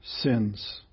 sins